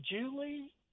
Julie